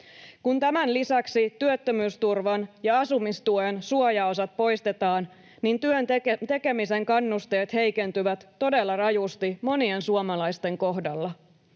Kun tämän lisäksi työttömyysturvan ja asumistuen suojaosat poistetaan, niin työntekemisen kannusteet heikentyvät todella rajusti monien suomalaisten kohdalla.